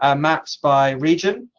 um maps by region.